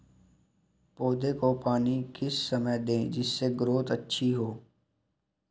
पौधे को पानी किस समय दें जिससे ग्रोथ अच्छी हो?